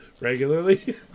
Regularly